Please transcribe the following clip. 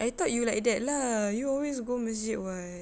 I thought you like that lah you always go masjid [what]